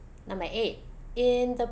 number eight in the